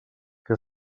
que